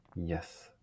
Yes